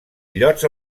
illots